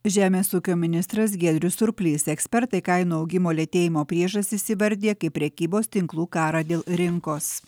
žemės ūkio ministras giedrius surplys ekspertai kainų augimo lėtėjimo priežastis įvardija kaip prekybos tinklų karą dėl rinkos